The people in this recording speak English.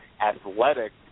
athletic